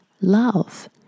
love